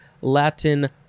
Latin